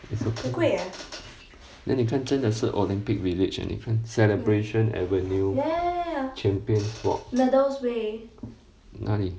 it's okay then 你看真的是 olympic village eh 你看 celebration avenue champion's walk 哪里